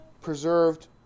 preserved